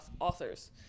authors